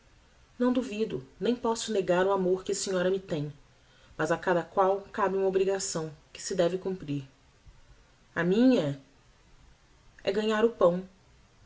não duvido nem posso negar o amor que a senhora me tem mas a cada qual cabe uma obrigação que se deve cumprir a minha é é ganhar o pão